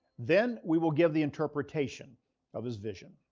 then we will give the interpretation of his vision.